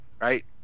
right